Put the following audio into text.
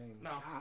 no